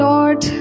Lord